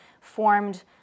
formed